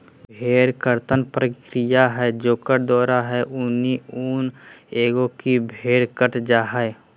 भेड़ कर्तन प्रक्रिया है जेकर द्वारा है ऊनी ऊन एगो की भेड़ कट जा हइ